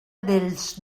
dels